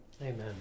Amen